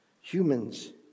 humans